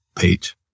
page